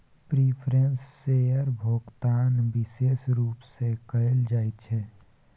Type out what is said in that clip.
preference शेयरक भोकतान बिशेष रुप सँ कयल जाइत छै